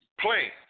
planes